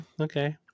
okay